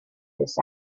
this